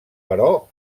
però